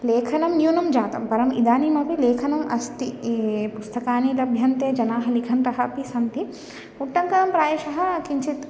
लेखनं न्यूनं जातं परम् इदानीमपि लेखनम् अस्ति इ पुस्तकानि लभ्यन्ते जनाः लिखन्तः अपि सन्ति उट्टङ्कनं प्रायशः किञ्चित्